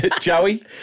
Joey